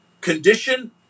condition